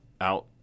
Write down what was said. out